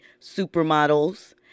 Supermodels